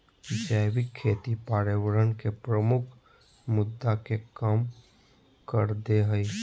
जैविक खेती पर्यावरण के प्रमुख मुद्दा के कम कर देय हइ